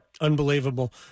Unbelievable